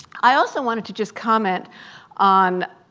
i also wanted to just comment on